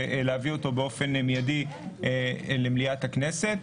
ולהביא אותו באופן מיידי למליאת הכנסת.